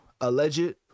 alleged